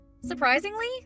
Surprisingly